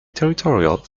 territorial